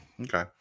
Okay